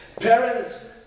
Parents